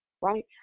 right